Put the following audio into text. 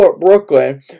Brooklyn